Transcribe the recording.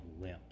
limp